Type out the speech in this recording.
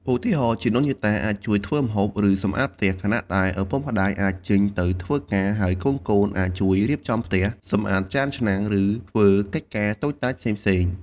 ឧទាហរណ៍ ជីដូនជីតាអាចជួយធ្វើម្ហូប ឬសម្អាតផ្ទះ ខណៈដែលឪពុកម្តាយអាចចេញទៅធ្វើការ ហើយកូនៗអាចជួយរៀបចំផ្ទះ សម្អាតចានឆ្នាំង ឬធ្វើកិច្ចការតូចតាចផ្សេងៗ។